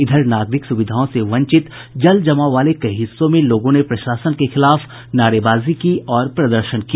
इधर नागरिक सुविधाओं से वंचित जल जमाव वाले कई हिस्सों में लोगों ने प्रशासन के खिलाफ नारेबाजी की और प्रदर्शन किया